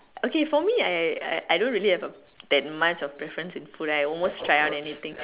okay for me I I I don't really have that much of preference in food I almost try out anything